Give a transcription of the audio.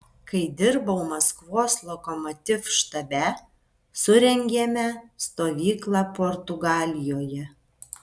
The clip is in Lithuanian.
kai dirbau maskvos lokomotiv štabe surengėme stovyklą portugalijoje